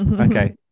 Okay